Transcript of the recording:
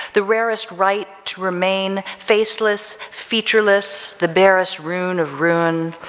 the rarest right to remain faceless, featureless, the barest rune of ruin,